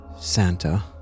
Santa